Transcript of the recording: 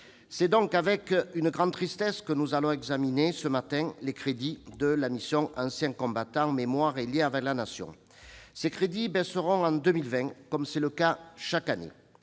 C'est donc avec une grande tristesse que nous examinons ce matin les crédits de la mission « Anciens combattants, mémoire et liens avec la Nation ». Ces crédits baisseront en 2020, comme c'est le cas chaque année.